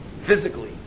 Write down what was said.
physically